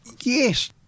Yes